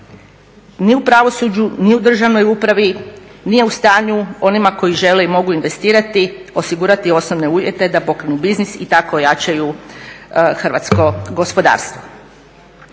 ni u pravosuđu, ni u državnoj upravi nije u stanju onima koji žele i mogu investirati osigurati osnovne uvjete da pokrenu biznis i tako ojačaju hrvatsko gospodarstvo.